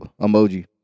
emoji